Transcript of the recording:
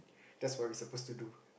that's what we supposed to do